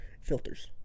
filters